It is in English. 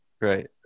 Right